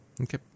Okay